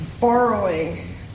borrowing